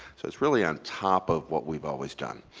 so it's really on top of what we've always done.